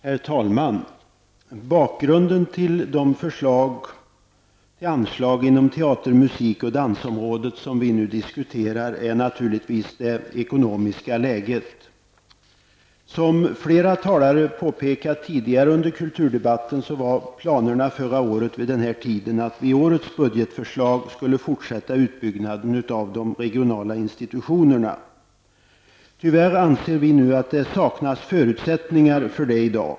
Herr talman! Bakgrunden till de förslag till anslag inom teater-, musik-, och dansområdet som vi nu diskuterar är naturligtvis det ekonomiska läget. Som flera talare i kulturdebatten tidigare har påpekat innebar planerna vid den här tidpunkten förra året att vi i årets budgetförslag skulle fortsätta med utbyggnaden av de regionala institutionerna. Vi anser att det, tyvärr, saknas förutsättningar för det i dag.